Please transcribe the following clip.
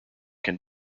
can